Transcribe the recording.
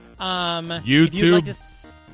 youtube